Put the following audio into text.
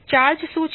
charge શુ છે